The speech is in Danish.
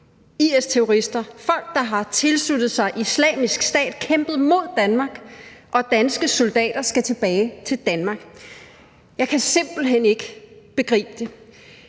IS-terrorister, folk, der har tilsluttet sig Islamisk Stat, kæmpet mod Danmark og danske soldater, skal tilbage til Danmark. Jeg kan simpelt hen ikke begribe det.